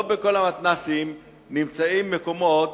לא בכל המתנ"סים נמצאים מקומות